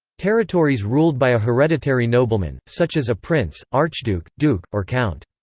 territories ruled by a hereditary nobleman, such as a prince, archduke, duke, or count.